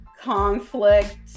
conflict